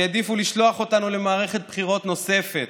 שהעדיפו לשלוח אותנו למערכת בחירות נוספת.